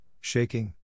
shaking